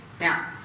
Now